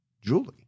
Julie